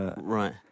Right